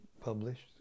published